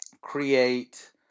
create